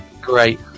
great